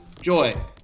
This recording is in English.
Joy